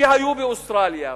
שהיו באוסטרליה,